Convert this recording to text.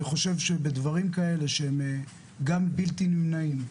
חושב שבדברים כאלה שהם גם בלתי נמנעים,